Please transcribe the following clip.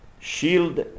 Shield